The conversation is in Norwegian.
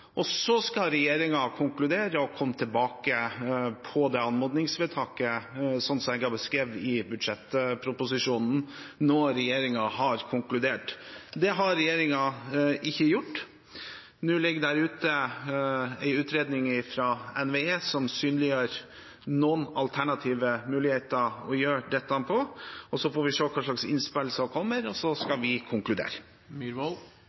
komme tilbake til det anmodningsvedtaket, sånn som jeg har beskrevet det i budsjettproposisjonen, når regjeringen har konkludert. Det har regjeringen ikke gjort. Nå ligger det ute en utredning fra NVE som synliggjør noen alternative muligheter å gjøre dette på. Vi får se hva slags innspill som kommer, og så